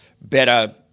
better